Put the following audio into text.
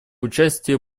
участие